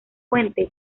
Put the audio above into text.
fuente